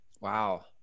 Wow